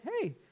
hey